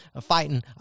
fighting